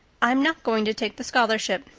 i'm not going to take the scholarship.